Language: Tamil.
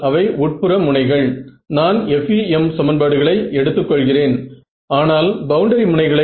நீங்கள் எதில் இருந்து சரி 20இல் இருந்து ஆரம்பிக்க முடியும்